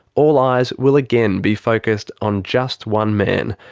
all eyes will again be focused on just one man,